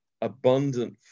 abundant